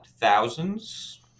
thousands